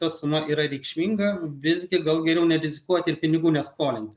ta suma yra reikšminga visgi gal geriau nerizikuoti ir pinigų neskolinti